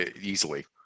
easily